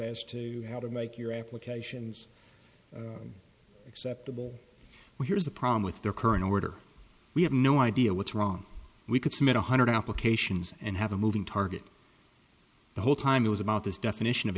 as to how to make your applications acceptable but here's the problem with their current order we have no idea what's wrong we could submit one hundred applications and have a moving target the whole time it was about this definition of